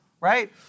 right